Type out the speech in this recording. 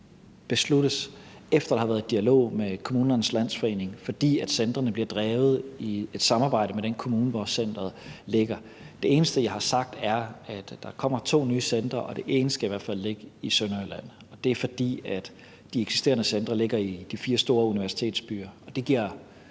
besluttes, efter at der har været dialog med Kommunernes Landsforening, fordi centrene bliver drevet i et samarbejde med den kommune, hvor centeret ligger. Det eneste, jeg har sagt, er, at der kommer to nye centre, og det ene skal i hvert fald ligge i Sønderjylland. Det er, fordi de eksisterende centre ligger i de fire store universitetsbyer, og det giver